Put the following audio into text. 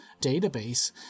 database